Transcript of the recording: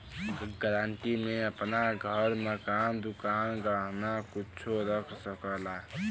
guarantee में आपन घर, मकान, दुकान, गहना कुच्छो रख सकला